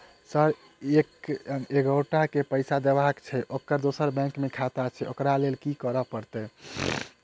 Sir एक एगोटा केँ पैसा देबाक छैय ओकर दोसर बैंक मे खाता छैय ओकरा लैल की करपरतैय?